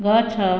ଗଛ